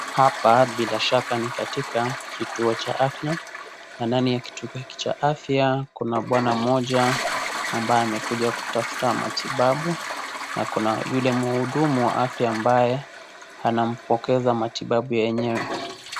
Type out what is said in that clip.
Hapa bila shaka ni katika kituo cha afya na ndani ya kituo hiki cha afya kuna bwana mmoja ambaye amekuja kutafuta matibabu na kuna yule mhudumu wa afya ambaye anampokeza matibabu yenyewe.